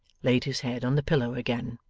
laid his head on the pillow again.